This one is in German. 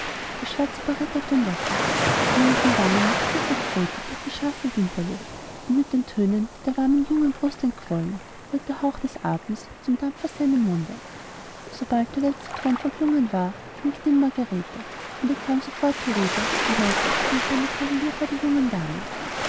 das schwarze barett auf den locken die blühenden wangen noch tiefer gerötet durch die scharfe winterluft und mit den tönen die der warmen jungen brust entquollen wurde der hauch des atems zum dampf vor seinem munde sobald der letzte ton verklungen war winkte ihm margarete und er kam sofort herüber und neigte sich wie ein kleiner kavalier vor der jungen dame